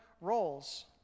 roles